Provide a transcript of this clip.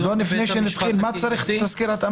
בבית המשפט הקהילתי -- למה צריך תסקיר התאמה?